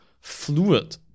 fluid